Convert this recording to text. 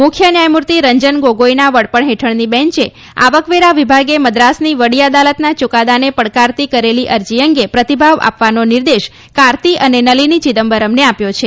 મુખ્ય ન્યાયમૂર્તિ રંજન ગોગોઇના વડપણ હેઠળની બેંચે આવકવેરા વિભાગે મદ્રાસની વડી અદાલતના ચૂકાદાને પડકારતી કરેલી અરજી અંગે પ્રતિભાવ આપવાનો નિર્દેશ કાર્તિ અને નલીની ચિદંબરમને આવ્યો છે